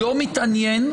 לא מתעניין,